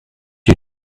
you